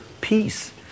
peace